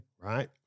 right